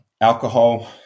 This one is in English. Alcohol